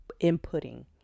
inputting